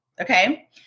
Okay